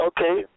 Okay